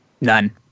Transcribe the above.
None